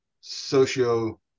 socio